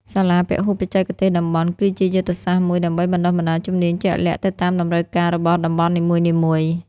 សាលាពហុបច្ចេកទេសតំបន់ គឺជាយុទ្ធសាស្ត្រមួយដើម្បីបណ្តុះបណ្តាលជំនាញជាក់លាក់ទៅតាមតម្រូវការរបស់តំបន់នីមួយៗ។